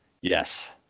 Yes